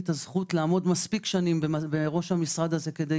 הזכות לעמוד מספיק שנים בראש המשרד הזה כדי